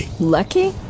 Lucky